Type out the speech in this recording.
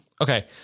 Okay